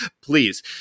Please